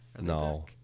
No